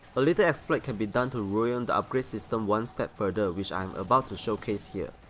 a little exploit can be done to ruin the upgrade system one step further which i'm about to showcase here.